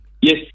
Yes